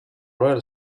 royal